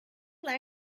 many